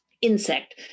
insect